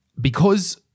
because-